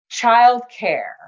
childcare